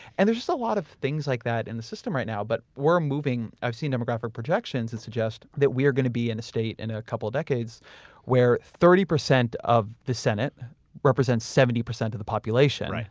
and there's just a lot of things like that in the system right now, but we're moving, i've seen demographic projections that suggest that we're going to be in a state in a couple of decades where thirty percent of the senate represents seventy percent of the population,